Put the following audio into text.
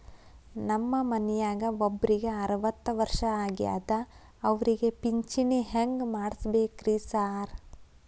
ನಮ್ ಮನ್ಯಾಗ ಒಬ್ರಿಗೆ ಅರವತ್ತ ವರ್ಷ ಆಗ್ಯಾದ ಅವ್ರಿಗೆ ಪಿಂಚಿಣಿ ಹೆಂಗ್ ಮಾಡ್ಸಬೇಕ್ರಿ ಸಾರ್?